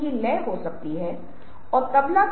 एक समूह में सभी लोग मौका पाने का इंतेज़्ज़र कर रहे हैं